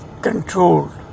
controlled